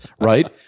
right